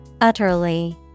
Utterly